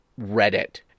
Reddit